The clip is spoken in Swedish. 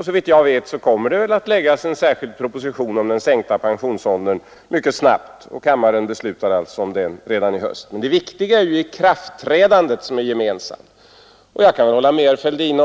Såvitt jag vet kommer en särskild proposition mycket snabbt att framläggas om den sänkta pensionsåldern. Kammaren kommer att besluta härom redan i höst. Det viktigaste är det gemensamma ikraftträdandet.